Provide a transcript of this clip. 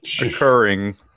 occurring